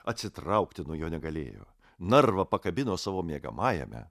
atsitraukti nuo jo negalėjo narvą pakabino savo miegamajame